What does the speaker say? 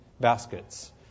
baskets